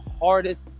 hardest